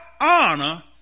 honor